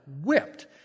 whipped